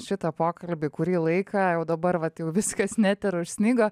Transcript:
šitą pokalbį kurį laiką jau dabar vat jau viskas net ir užsnigo